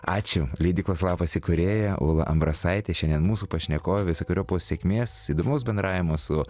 ačiū leidyklos lapas įkūrėja ula ambrasaitė šiandien mūsų pašnekovė visokeriopos sėkmės įdomaus bendravimo su